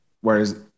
Whereas